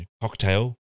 cocktail